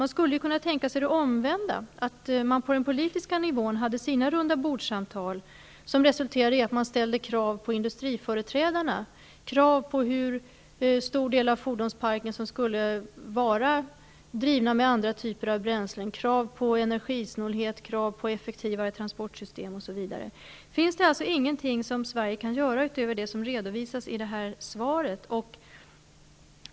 Man skulle kunna tänka sig det omvända, att man på den politiska nivån hade rundabordssamtal som resulterade i att man ställde krav på industriföreträdarna, krav på hur stor del av fordonsparken som skulle drivas med andra typer av bränsle, krav på energisnålhet, effektivare transportsystem osv. Finns det ingenting som Sverige kan göra utöver det som redovisas i svaret?